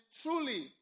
truly